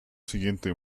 siguiente